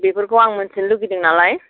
बेफोरखौ आं मोनथिनो लुबैदों नालाय